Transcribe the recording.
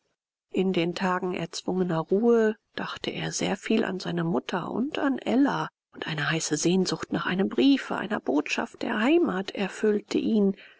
in den tagen erzwungener ruhe dachte er sehr viel an seine mutter und an ella und eine heiße sehnsucht nach einem briefe einer botschaft der heimat erfüllte ihn